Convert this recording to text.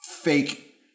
fake